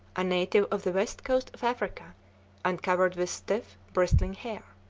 a native of the west coast of africa and covered with stiff, bristling hair.